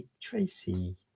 Tracy